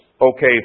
okay